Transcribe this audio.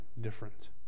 different